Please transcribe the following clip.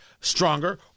stronger